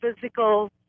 physical